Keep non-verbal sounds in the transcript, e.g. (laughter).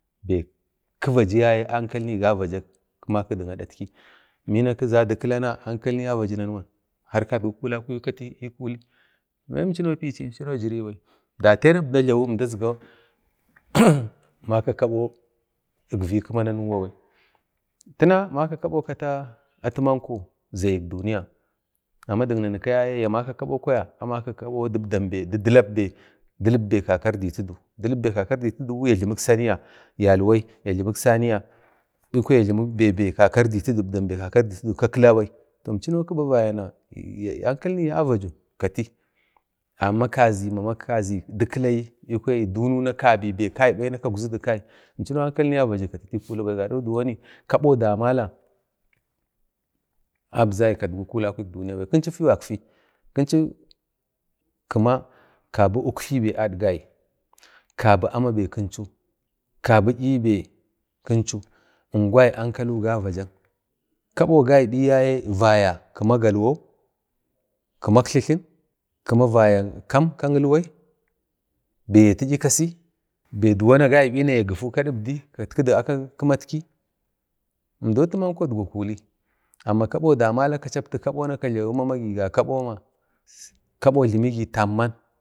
be ki vaji yaye ankalini ga vajak bina kiza di kilana ankalini a vaju nanwan har kadgwi kulakwai kati kuli ai imchinau pichi, imchinau jirai bai datiyan əmda jlawu mdazgau (noise) maka kabo ikvi kima nanuwa bai tina maka kabo kata atimanko zayik duniya amma dik nanu yaye ya maka kabo yaye amaki didam be dli dilip be kakak irditatu dilip be kaka irdituduwa ya jlimik saniya yalwai, ya jlimik saniya bikwaya ya jlimisu dibdam be kaka irditatu bina ka kilabai toh imchinau kiba vaya be ankalini avajadu kati ama mama kazi-kazi dikalayi bina iduna bai kaibai kaukzudu mama kai imchinau ankalini avaju kati kulibai gado diwoni kabo damala abzai kadgwi kula kwik duniya bai kinchu fi gakfai kinchu kima kabi uktlai be adgai, kabi ama bai kinchu, kabi'yi bai kinchu, ingwai ankalu gavajak kabo gai biyaye vaya kima galwau, kima uktli tilin, kima vayak kam kak ilwai be yati'yi kasi bai diwon a gai bina ya gifu ka dibdi katkidu akak kimatki mdau atiyau idgwa kuli amma kabo damala kichaptu kabo mama gi ga kaboma, kabo jlimi gi tam man